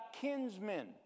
kinsmen